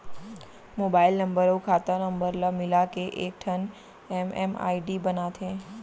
mobile number अउ खाता नंबर ल मिलाके एकठन एम.एम.आई.डी बनाथे